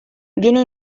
viene